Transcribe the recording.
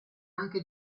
anche